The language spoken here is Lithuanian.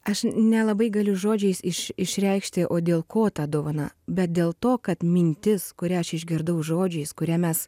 aš nelabai galiu žodžiais iš išreikšti o dėl ko ta dovana bet dėl to kad mintis kurią aš išgirdau žodžiais kurią mes